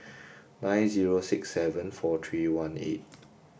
nine zero six seven four three one eight